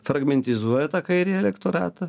fragmentizuoja tą kairį elektoratą